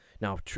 Now